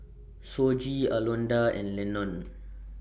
Shoji Alondra and Lenon